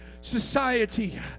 society